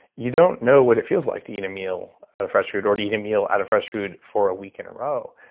you don't know what it feels like to eat a meal out of fresh food or to eat a meal out of fresh food for a week in a row.